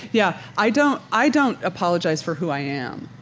yeah, i don't i don't apologize for who i am.